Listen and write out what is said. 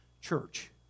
church